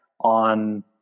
on